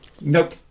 nope